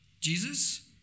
Jesus